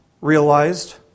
realized